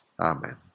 Amen